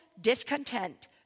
discontent